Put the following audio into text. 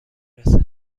رسد